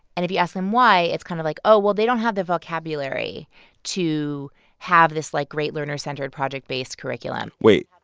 and if you ask them why, it's kind of like, oh, well, they don't have the vocabulary to have this, like, great learner-centered, project-based curriculum wait.